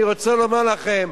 אני רוצה לומר לכם,